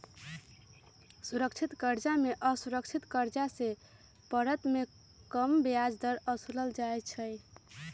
सुरक्षित करजा में असुरक्षित करजा के परतर में कम ब्याज दर असुलल जाइ छइ